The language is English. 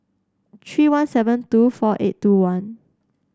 three one seven two four eight two one